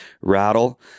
Rattle